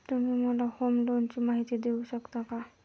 तुम्ही मला होम लोनची माहिती देऊ शकता का?